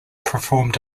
performed